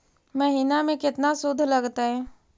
महिना में केतना शुद्ध लगतै?